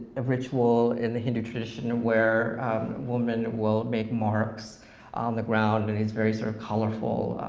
ah ritual in the hindu tradition where women will make marks on the ground, and it's very sort of colorful,